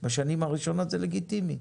בשנים הראשונות זה לגיטימי.